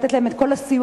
לתת להם את כל הסיוע,